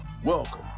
Welcome